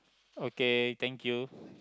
okay thank you